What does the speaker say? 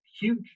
huge